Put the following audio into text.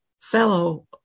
fellow